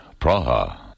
Praha